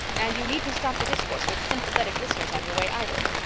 and you needn't stop to discourse with sympathetic listeners on your way, either.